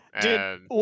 dude